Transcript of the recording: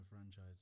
franchise